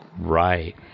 Right